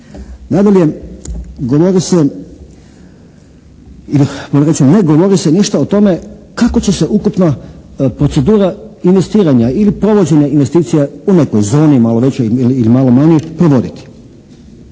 rečeno ne govori se ništa o tome kako će se ukupna procedura investiranja ili provođenja investicija u nekoj zoni malo većoj ili